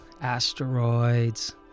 asteroids